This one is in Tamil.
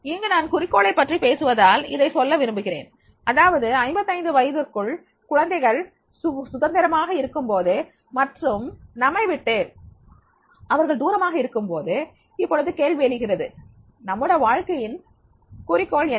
இங்கு நான் குறிக்கோளை பற்றி பேசுவதால் இதை சொல்ல விரும்புகிறேன் அதாவது ஐம்பதிலிருந்து 55 வயதிற்குள் குழந்தைகள் சுதந்திரமாக இருக்கும் போது மற்றும் நம்மை விட்டு அவர்கள் தூரமாக இருக்கும்போது இப்போது கேள்வி எழுகிறது நம்முடைய வாழ்க்கையின் குறிக்கோள் என்ன